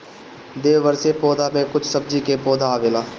द्विवार्षिक पौधा में कुछ सब्जी के पौधा आवेला